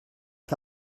que